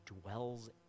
dwells